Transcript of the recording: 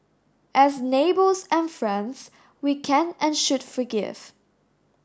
as neighbours and friends we can and should forgive